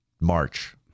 March